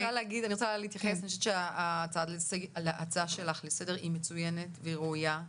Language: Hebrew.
אני חושבת שההצעה שלך לסדר היא מצויינת והיא ראוייה,